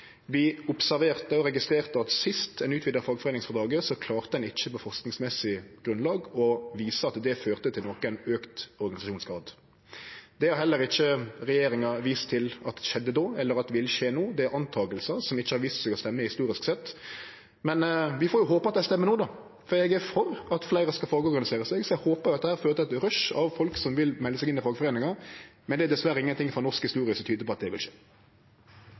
Vi observerte og registrerte at sist ein utvida fagforeiningsfrådraget, klarte ein ikkje på forskingsmessig grunnlag å vise at det førte til nokon auke i organisasjonsgrad. Det har heller ikkje regjeringa vist til at skjedde då, eller at vil skje no. Det er noko ein antek, som ikkje har vist seg å stemme historisk sett. Men vi får håpe at det stemmer no, for eg er for at fleire skal fagorganisere seg. Eg håpar at dette fører til eit rush av folk som vil melde seg inn i fagforeiningar, men det er dessverre ingenting frå norsk historie som tyder på at det vil skje.